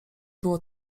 było